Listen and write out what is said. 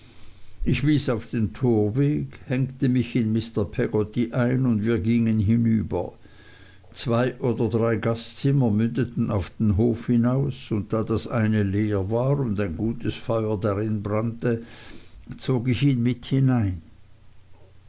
ich wies auf den torweg hängte mich in mr peggotty ein und wir gingen hinüber zwei oder drei gastzimmer mündeten auf den hof hinaus und da das eine leer war und ein gutes feuer darin brannte zog ich ihn mit hinein